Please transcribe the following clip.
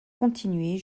continuer